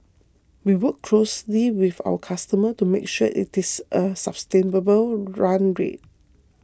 we work closely with our customer to make sure it is a sustainable run rate